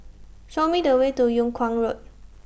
Show Me The Way to Yung Kuang Road